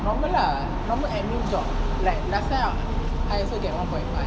normal lah normal admin job like last time I also get one point five